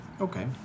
Okay